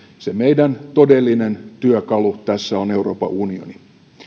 se meidän todellinen työkalumme tässä on euroopan unioni